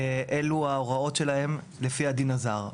אלו ההוראות שלהם לפי הדין הזר.